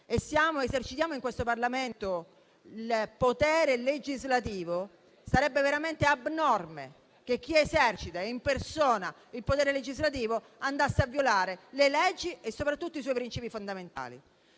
esercitiamo in questo Parlamento il potere legislativo, sarebbe veramente abnorme che chi esercita in persona il potere legislativo andasse a violare le leggi e soprattutto i suoi principi fondamentali.